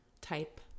type